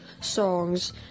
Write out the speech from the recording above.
songs